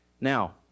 Now